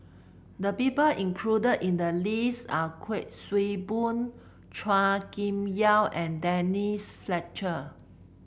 the people included in the list are Kuik Swee Boon Chua Kim Yeow and Denise Fletcher